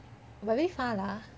but very far lah